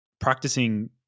practicing